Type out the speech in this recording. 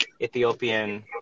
ethiopian